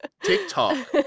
TikTok